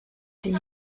die